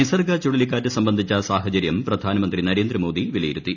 നിസർഗ ചുഴലിക്കാറ്റ് സംബന്ധിച്ച സാഹചര്യം പ്രധാനമന്ത്രി നരേന്ദ്രമോദി വിലയിരുത്തി